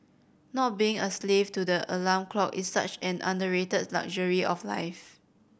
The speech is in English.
not being a slave to the alarm clock is such an underrated luxury of life